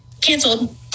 canceled